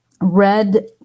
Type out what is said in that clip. Red